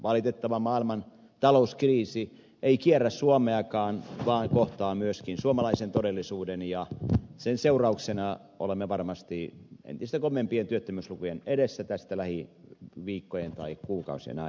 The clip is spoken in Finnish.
valitettava maailman talouskriisi ei kierrä suomeakaan vaan kohtaa myöskin suomalaisen todellisuuden ja sen seurauksena olemme varmasti entistä kovempien työttömyyslukujen edessä tästä lähtien viikkojen tai kuukausien aikana